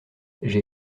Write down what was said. j’ai